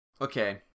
Okay